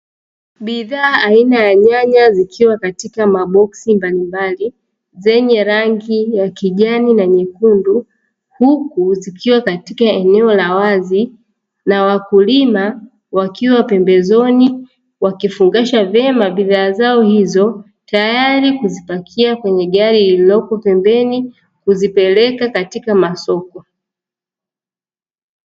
Bidhaa aina ya nyanya zikiwa katika maboksi mbali mbali, zenye rangi ya kijani na nyekundu, huku zikiwa katika eneo la wazi na wakulima wakiwa pembezoni, wakifungasha vema bidhaa zao hizo, tayari kuzipakia kwenye gari lililopo pembeni kuzipeleka katika masoko.